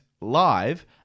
live